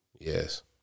Yes